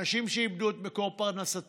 אנשים שאיבדו את מקור פרנסתם,